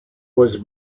was